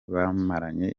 bamaranye